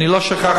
אני לא שכחתי.